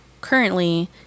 currently